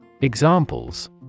Examples